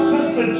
Sister